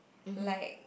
like